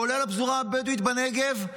כולל הפזורה הבדואית בנגב,